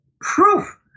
proof